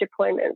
deployments